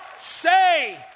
say